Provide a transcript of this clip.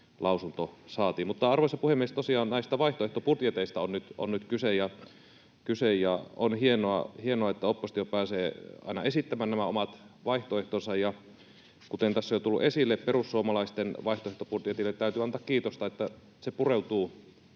arvoisa puhemies, tosiaan näistä vaihtoehtobudjeteista on nyt kyse, ja on hienoa, että oppositio pääsee aina esittämään nämä omat vaihtoehtonsa. Kuten tässä on jo tullut esille, perussuomalaisten vaihtoehtobudjetille täytyy antaa kiitosta siitä, että se pureutuu